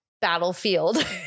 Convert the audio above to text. Battlefield